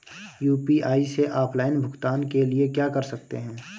UPI से offline भुगतान के लिए क्या कर सकते हैं?